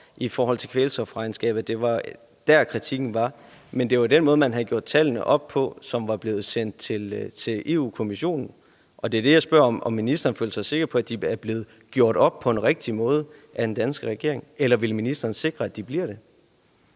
i forhold til kvælstofregnskabet. Det var der, kritikken var. Det var den måde, man havde gjort tallene op på, som var blevet sendt til Europa-Kommissionen, og det, jeg spørger om, er, om ministeren føler sig sikker på, at de er blevet gjort op på den rigtige måde af den danske regering, eller om ministeren vil sikre, at de bliver det.